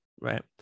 right